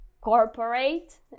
corporate